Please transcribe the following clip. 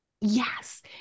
Yes